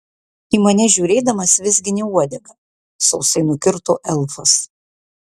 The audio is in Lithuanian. į mane žiūrėdamas vizgini uodegą sausai nukirto elfas